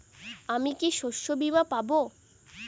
আমি কি শষ্যবীমা পাব?